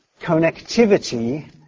connectivity